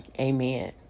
amen